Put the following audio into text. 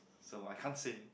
so I can't say